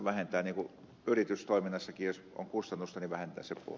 jos on kustannusta niin vähentää sen pois